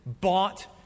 bought